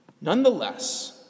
Nonetheless